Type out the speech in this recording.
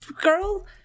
girl